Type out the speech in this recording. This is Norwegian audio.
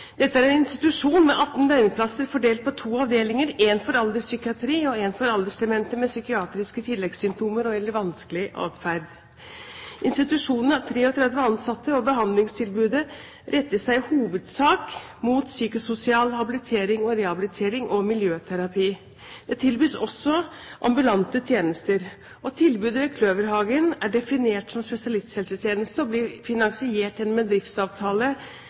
Dette er en institusjon med 18 døgnplasser fordelt på to avdelinger, én for alderspsykiatri og én for aldersdemente med psykiatriske tilleggssymptomer og/eller vanskelig atferd. Institusjonen har 33 ansatte, og behandlingstilbudet retter seg i hovedsak mot psykososial habilitering og rehabilitering og miljøterapi. Det tilbys også ambulante tjenester. Tilbudet ved Kløverhagen er definert som spesialisthelsetjeneste, og blir finansiert gjennom